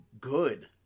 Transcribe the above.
good